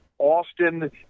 Austin